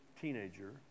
teenager